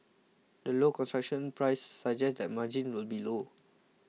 the low construction price suggests that margins will be low